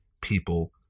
people